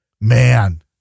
Man